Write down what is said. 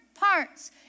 parts